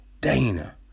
Dana